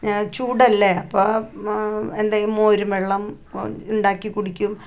ചൂടല്ലേ അപ്പോൾ എന്തെങ്കിലും മോരുംവെള്ളം ഉണ്ടാക്കി കുടിക്കും